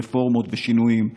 רפורמות ושינויים,